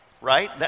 right